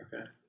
Okay